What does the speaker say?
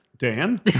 Dan